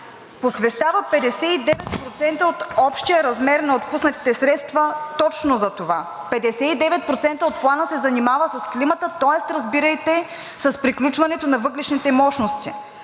посвещава 59% от общия размер на отпуснатите средства точно за това. 59% от Плана се занимават с климата, тоест, разбирайте, с приключването на въглищните мощности,